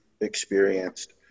experienced